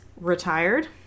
retired